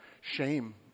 shame